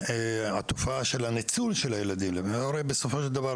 תופעת ניצול הילדים בסופו של דבר,